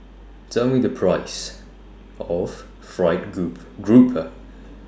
Tell Me The Price of Fried group Grouper